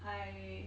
I